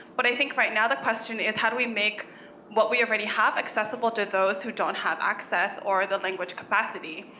but i think right now the question is, how do we make what we already have accessible to those who don't have access, or the language capacity?